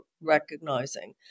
recognizing